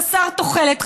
חסר תוחלת,